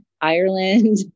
Ireland